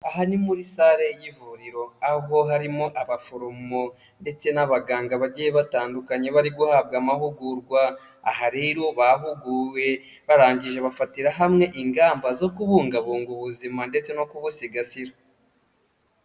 Aha ni muri sale y'ivuriro, aho harimo abaforomo ndetse n'abaganga bagiye batandukanye bari guhabwa amahugurwa, aha rero bahuguwe barangije bafatira hamwe ingamba zo kubungabunga ubuzima ndetse no kubusigasira.